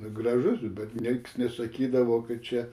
gražus bet nieks nesakydavo kad čia